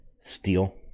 steel